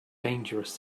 dangerous